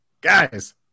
guys